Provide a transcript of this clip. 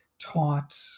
taught